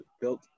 built